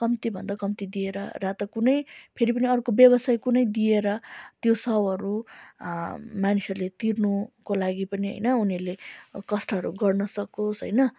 कम्तीभन्दा कम्ती दिएर या त कुनै फेरि पनि अर्को व्यवसाय कुनै दिएर त्यो साउँहरू मानिसहरूले तिर्नुको लागि पनि होइन उनीहरूले कष्टहरू गर्न सकोस् होइन